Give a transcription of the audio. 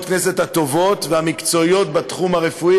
הכנסת הטובות והמקצועיות בתחום הרפואי.